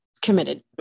committed